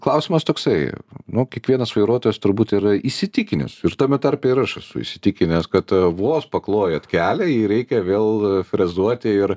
klausimas toksai nu kiekvienas vairuotojas turbūt yra įsitikinęs ir tame tarpe ir aš esu įsitikinęs kad vos paklojat kelią jį reikia vėl frezuoti ir